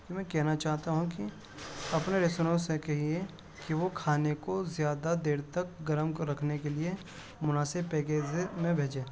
میں کہنا چاہتا ہوں کہ اپنے ریسوراں سے کہیے کہ وہ کھانے کو زیادہ دیر تک گرم رکھنے کے لیے مناسب پیکیز میں بھیجیں